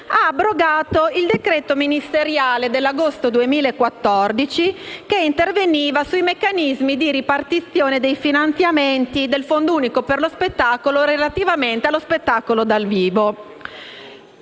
ha abrogato il decreto ministeriale dell'agosto 2014 che interveniva sui meccanismi di ripartizione dei finanziamenti del Fondo unico per lo spettacolo relativamente allo spettacolo dal vivo.